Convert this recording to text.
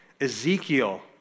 Ezekiel